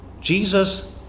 Jesus